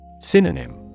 Synonym